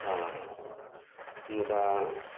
मुदा